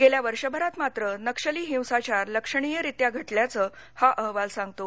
गेल्या वर्षभरात मात्र नक्षली हिंसाचार लक्षणीय रित्या घटल्याचं हा अहवाल सांगतो